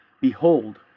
Behold